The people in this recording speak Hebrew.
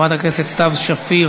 חברת הכנסת שלי יחימוביץ,